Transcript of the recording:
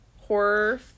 horror